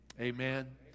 amen